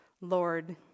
Lord